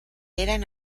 eran